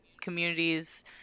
communities